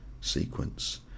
sequence